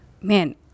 man